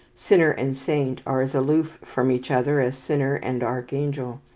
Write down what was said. sinner and saint are as aloof from each other as sinner and archangel.